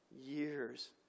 years